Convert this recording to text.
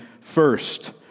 first